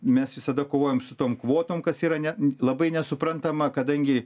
mes visada kovojam su tom kvotom kas yra ne labai nesuprantama kadangi